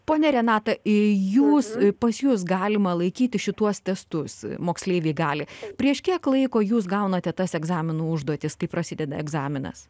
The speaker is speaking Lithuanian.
ponia renata jūs pas jus galima laikyti šituos testus moksleiviai gali prieš kiek laiko jūs gaunate tas egzaminų užduotis kai prasideda egzaminas